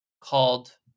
called